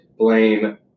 blame